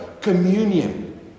Communion